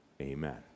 Amen